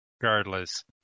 regardless